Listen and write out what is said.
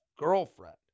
girlfriend